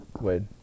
Wade